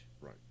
Right